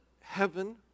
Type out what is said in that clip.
heaven